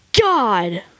God